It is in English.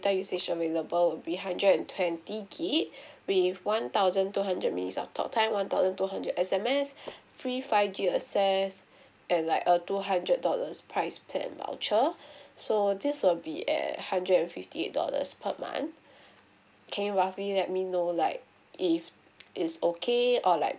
~ta usage available will be hundred and twenty gig with one thousand two hundred minutes of talk time one thousand two hundred S_M_S free five gig access and like a two hundred dollars price plan voucher so this will be at hundred and fifty eight dollars per month can you roughly let me know like if it's okay or like